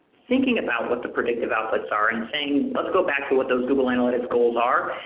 thinking about what the predictive outputs are and saying, let's go back to what those google analytics goals are,